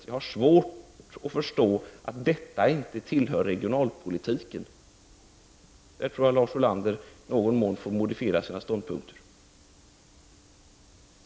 Jag har svårt att förstå att dessa frågor inte tillhör regionalpolitiken. Där får Lars Ulander i någon mån modifiera sina ståndpunkter.